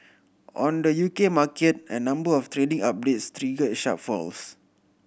on the U K market a number of trading updates triggered sharp falls